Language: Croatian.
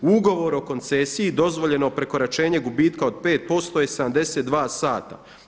U ugovor o koncesiji dozvoljeno prekoračenje gubitka od 5% je 72 sata.